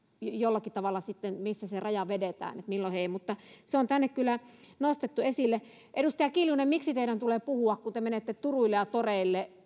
jollakin tavalla se raja vedetään milloin he eivät osallistu mutta se on täällä kyllä nostettu esille edustaja kiljunen miksi teidän tulee puhua henkilöstömitoituksesta kun te menette turuille ja toreille